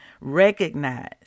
recognize